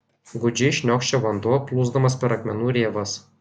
gūdžiai šniokščia vanduo plūsdamas per akmenų rėvas